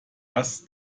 dass